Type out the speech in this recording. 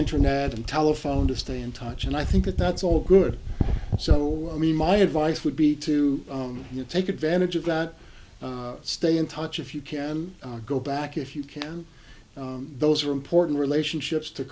internet and telephone to stay in touch and i think that's all good so i mean my advice would be to take advantage of that stay in touch if you can go back if you can those are important relationships to